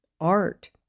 art